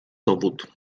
dowód